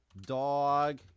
dog